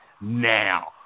now